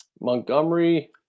Montgomery